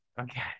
Okay